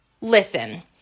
listen